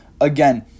Again